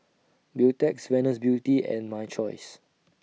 Beautex Venus Beauty and My Choice